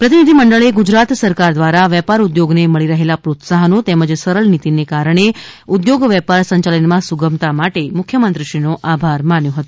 પ્રતિભિધિમંડળે ગુજરાત સરકાર દ્વારા વેપાર ઊદ્યોગને મળી રહેલા પ્રોત્સાહનો તેમજ સરળ નીતિઓને કારણે ઊદ્યોગ વેપાર સંચાલનમાં સુગમતા માટે મુખ્યમંત્રીશ્રીનો આભાર દર્શાવ્યો હતો